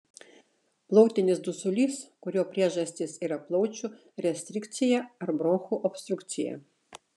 plautinis dusulys kurio priežastys yra plaučių restrikcija ar bronchų obstrukcija